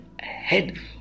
ahead